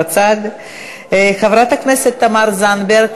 חברת הכנסת תמר זנדברג,